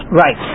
right